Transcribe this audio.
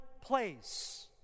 place